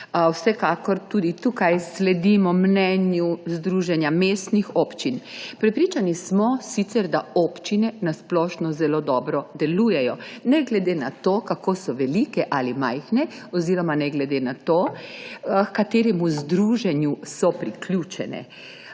Vsekakor tudi tukaj sledimo mnenju Združenja mestnih občin. Prepričani smo sicer, da občine na splošno zelo dobro delujejo ne glede na to, kako so velike ali majhne, oziroma ne glede na to, h kateremu združenju so priključene.